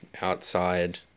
outside